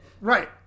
Right